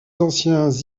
anciens